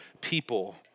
people